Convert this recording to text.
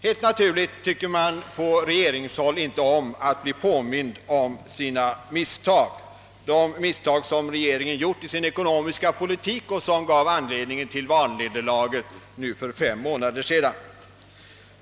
Helt naturligt tycker man på regeringshåll inte om att bli påmind om de misstag som bland annat var anledning till valnederlaget för fem månader sedan.